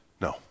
No